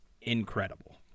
incredible